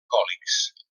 còlics